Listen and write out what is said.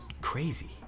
crazy